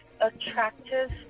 attractive